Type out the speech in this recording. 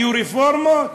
היו רפורמות?